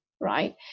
right